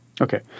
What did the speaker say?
Okay